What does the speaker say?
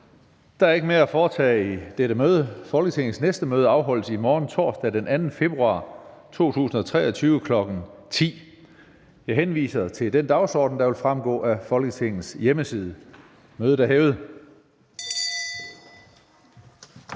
Der er ikke mere at foretage i dette møde. Folketingets næste møde afholdes i morgen, torsdag den 2. februar 2023, kl. 10.00. Jeg henviser til den dagsorden, der vil fremgå af Folketingets hjemmeside. Mødet er hævet.